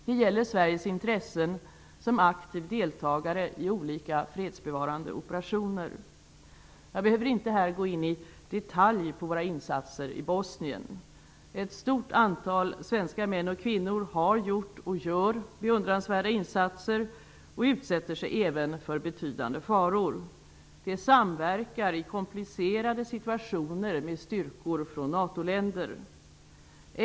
Det gäller Sveriges intressen som aktiv deltagare i olika fredsbevarande operationer. Jag behöver inte här gå in i detalj på våra insatser i Bosnien. Ett stort antal svenska män och kvinnor har gjort, och gör, beundransvärda insatser. De utsätter sig även för betydande faror. De samverkar i komplicerade situationer med styrkor från NATO-länder.